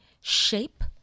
shape